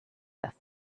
less